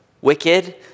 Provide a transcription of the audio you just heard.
wicked